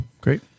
Great